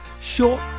short